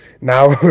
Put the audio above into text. now